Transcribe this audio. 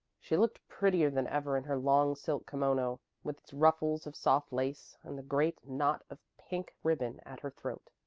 she looked prettier than ever in her long silk kimono, with its ruffles of soft lace and the great knot of pink ribbon at her throat.